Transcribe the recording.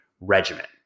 regiment